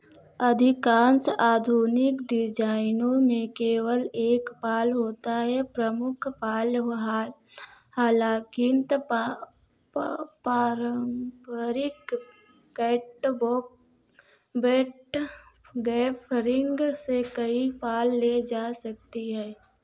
अधिकांश आधुनिक डिजाइनों में केवल एक पाल होता है प्रमुख पाल वहा हालाँकि पारंपरिक कैटवाक बेट बेफरिंग से कई पाल ले जा सकती है